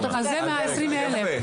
אוקיי, זה ב-20 אלף.